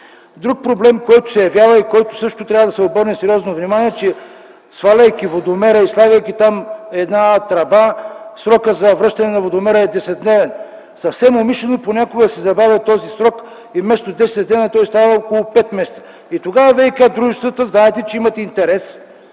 Друг проблем, който се явява и на който трябва да се обърне сериозно внимание – сваляйки водомера и слагайки там една тръба, срокът за връщане на водомера е 10-дневен. Съвсем умишлено понякога се забавя този срок и, вместо 10 дни, той става около пет месеца. Знаете, че ВиК дружествата имат интерес